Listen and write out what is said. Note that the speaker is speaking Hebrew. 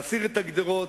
להסיר את הגדרות,